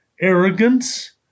arrogance